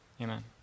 Amen